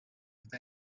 have